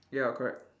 ya correct